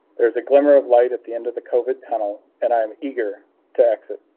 there's a glimmer of light at the end of the covid tunnel, and i'm eager to exit.